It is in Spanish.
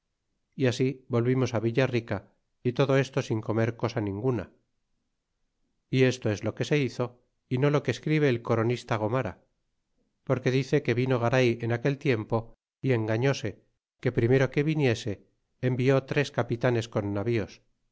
y así volvimos villa rica y todo esto sin comer cosa ninguna y esto es lo que se hizo y no lo que escribe el coronista gomera porque dice que vino garay en aquel tiempo y engafíóse que primero que viniese envió tres capitanes con navíos